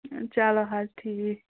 چَلو حظ ٹھیٖک